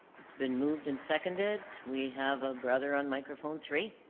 it's been moved and seconded we have a brother on microphone three